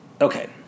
Okay